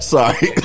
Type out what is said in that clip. Sorry